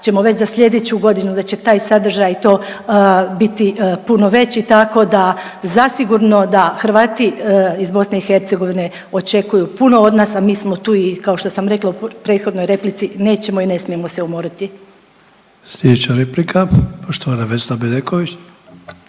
ćemo već za slijedeću godinu, da će taj sadržaj i to biti puno veći, tako da zasigurno da Hrvati iz BiH očekuju puno od nas, a mi smo tu i kao što sam rekla u prethodnoj replici nećemo i ne smijemo se umoriti. **Sanader, Ante (HDZ)** Slijedeća replika poštovana Vesna Bedeković.